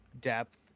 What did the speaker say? depth